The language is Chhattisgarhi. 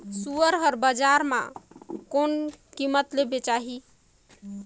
सुअर हर बजार मां कोन कीमत ले बेचाही?